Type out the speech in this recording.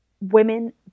Women